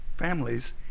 families